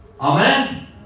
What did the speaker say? Amen